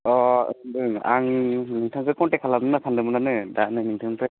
अ आं नोंथांखौ कन्टेक्ट खालामनो होनना सानदोंमोनानो दा नोंथांनिफ्राय